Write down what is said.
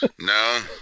No